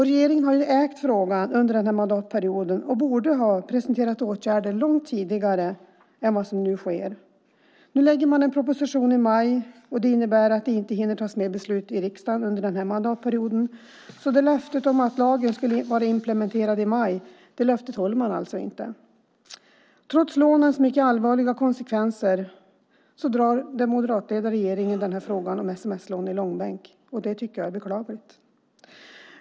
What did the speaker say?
Regeringen har ju ägt frågan under den här mandatperioden och borde ha presenterat åtgärder långt tidigare än vad som nu sker. Nu lägger man fram en proposition i maj. Det innebär att man inte hinner fatta beslut i riksdagen under den här mandatperioden. Löftet att lagen skulle vara implementerad i maj håller man alltså inte. Trots lånens mycket allvarliga konsekvenser drar den moderatledda regeringen frågan om sms-lån i långbänk. Det tycker jag är beklagligt.